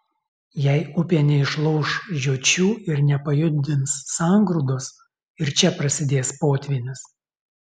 jei upė neišlauš žiočių ir nepajudins sangrūdos ir čia prasidės potvynis